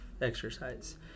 exercise